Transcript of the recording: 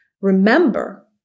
remember